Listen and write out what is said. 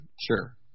Sure